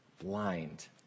blind